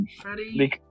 freddie